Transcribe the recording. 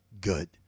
good